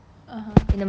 (uh huh)